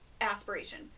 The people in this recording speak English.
aspiration